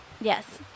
Yes